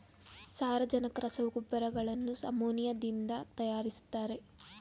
ಸಾರಜನಕ ರಸಗೊಬ್ಬರಗಳನ್ನು ಅಮೋನಿಯಾದಿಂದ ತರಯಾರಿಸ್ತರೆ